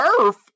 earth